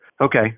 Okay